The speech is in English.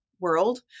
world